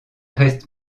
reste